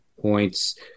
points